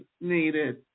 needed